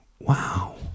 wow